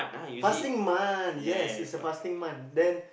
fasting month yes it's a fasting month then